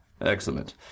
Excellent